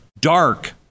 dark